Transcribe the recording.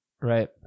right